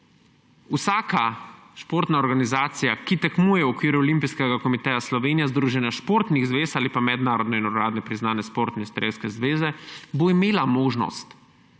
Vsaka športna organizacija, ki tekmuje v okviru Olimpijskega komiteja Slovenije, Združenja športnih zvez ali pa mednarodne in uradno priznane Športne strelske zveze, bo imela možnost,